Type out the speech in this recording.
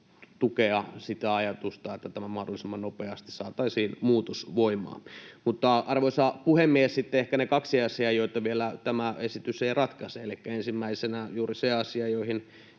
tukea sitä ajatusta, että tämä muutos mahdollisimman nopeasti saataisiin voimaan. Arvoisa puhemies! Sitten ehkä ne kaksi asiaa, joita tämä esitys ei vielä ratkaise. Elikkä ensimmäisenä juuri se asia, johon